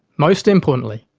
most importantly,